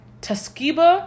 Tuskegee